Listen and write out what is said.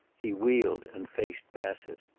he wheeled and faced bassett.